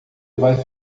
vai